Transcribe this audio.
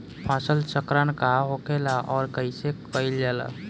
फसल चक्रण का होखेला और कईसे कईल जाला?